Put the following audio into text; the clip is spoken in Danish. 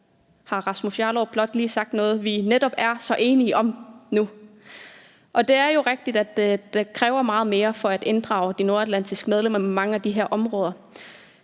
har Rasmus Jarlov lige sagt noget, vi er så enige om. Det er jo rigtigt, at det kræver meget mere at inddrage de nordatlantiske medlemmer på mange af de her områder.